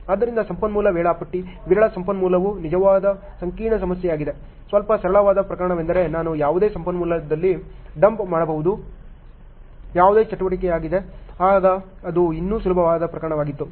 ಆದ್ದರಿಂದ ಸಂಪನ್ಮೂಲ ವೇಳಾಪಟ್ಟಿ ವಿರಳ ಸಂಪನ್ಮೂಲವು ನಿಜವಾದ ಸಂಕೀರ್ಣ ಸಮಸ್ಯೆಯಾಗಿದೆ ಸ್ವಲ್ಪ ಸರಳವಾದ ಪ್ರಕರಣವೆಂದರೆ ನಾನು ಯಾವುದೇ ಸಂಪನ್ಮೂಲದಲ್ಲಿ ಡಂಪ್ ಮಾಡಬಹುದಾದ ಯಾವುದೇ ಚಟುವಟಿಕೆಯಾಗಿದೆ ಆಗ ಅದು ಇನ್ನೂ ಸುಲಭವಾದ ಪ್ರಕರಣವಾಗಿತ್ತು